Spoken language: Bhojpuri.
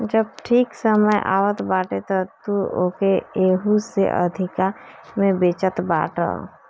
जब ठीक समय आवत बाटे तअ तू ओके एहू से अधिका में बेचत बाटअ